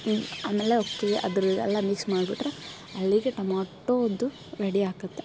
ಆಮೇಲೆ ಅವಕ್ಕೆ ಅದ್ರ ಎಲ್ಲ ಮಿಕ್ಸ್ ಮಾಡ್ಬಿಟ್ರೆ ಅಲ್ಲಿಗೆ ಟೊಮೊಟೋದ್ದು ರೆಡಿ ಆಗುತ್ತ